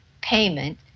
payment